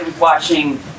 watching